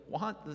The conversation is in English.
want